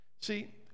See